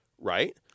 right